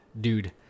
dude